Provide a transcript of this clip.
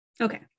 Okay